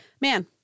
Man